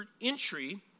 entry